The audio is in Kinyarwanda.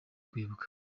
kwibuka